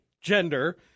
gender